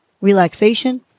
relaxation